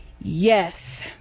Yes